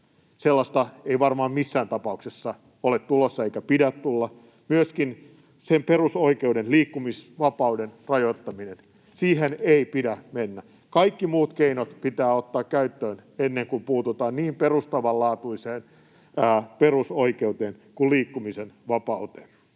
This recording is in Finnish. Sellaista ei varmaan missään tapauksessa ole tulossa eikä pidä tulla. Myöskään sen perusoikeuden, liikkumisvapauden, rajoittamiseen ei pidä mennä. Kaikki muut keinot pitää ottaa käyttöön ennen kuin puututaan niin perustavanlaatuiseen perusoikeuteen kuin liikkumisen vapauteen.